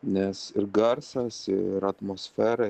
nes ir garsas ir atmosfera